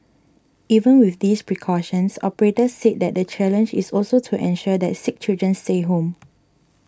even with these precautions operators said the challenge is also to ensure that sick children stay home